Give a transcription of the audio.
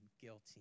guilty